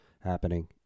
happening